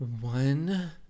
One